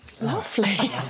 Lovely